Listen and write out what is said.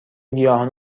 گیاهان